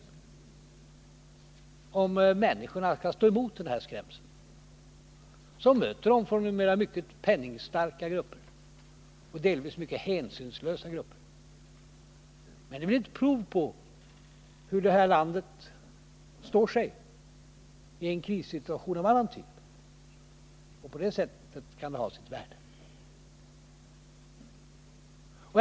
Det gäller för människorna att kunna stå emot den här skrämselpropagandan som möter dem från mycket penningstarka grupper, delvis också mycket hänsynslösa grupper. Det blir ett prov på hur det här landet står sig i en krissituation av en annan typ. På det sättet kan det ha sitt värde.